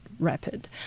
rapid